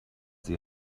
sie